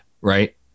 right